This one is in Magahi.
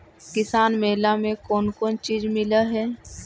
किसान मेला मे कोन कोन चिज मिलै है?